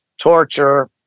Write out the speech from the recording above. torture